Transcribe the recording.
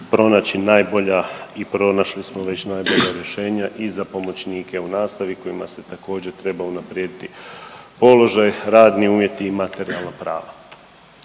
pronaći najbolja i pronašli smo već najbolja rješenja i za pomoćnike u nastavi kojima se također treba unaprijediti položaj, radni uvjeti i materijalna prava.